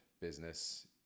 business